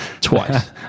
twice